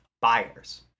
buyers